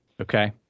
Okay